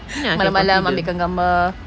malam-malam ambilkan gambar